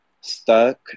stuck